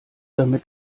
damit